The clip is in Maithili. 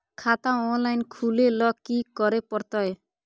खाता ऑनलाइन खुले ल की करे परतै?